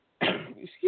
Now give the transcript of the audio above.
excuse